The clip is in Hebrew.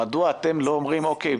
מדוע אתם לא אומרים: אוקיי,